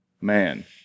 Man